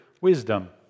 wisdom